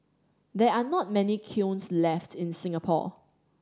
there are not many kilns left in Singapore